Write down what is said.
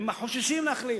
הם חוששים להחליף.